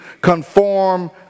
conform